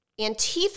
Antifa